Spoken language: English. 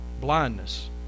Blindness